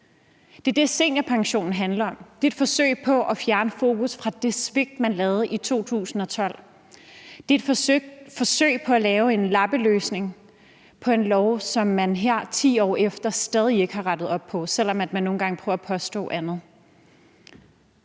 Det er det, seniorpensionen handler om. Det er et forsøg på at fjerne fokus fra det svigt, man lavede i 2012. Det er et forsøg på at lave en lappeløsning på en lov, som man her 10 år efter stadig ikke har rettet op på, selv om man nogle gange prøver at påstå andet.